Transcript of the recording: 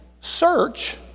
search